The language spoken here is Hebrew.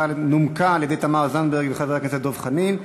שנומקה על-ידי תמר זנדברג וחבר הכנסת דב חנין.